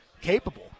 capable